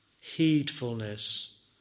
heedfulness